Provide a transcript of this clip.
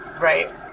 Right